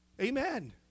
Amen